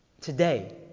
today